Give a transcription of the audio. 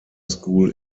school